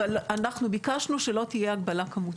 אבל אנחנו ביקשנו שלא תהיה הגבלה כמותית.